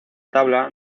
tabla